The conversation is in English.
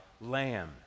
Lamb